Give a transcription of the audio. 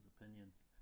opinions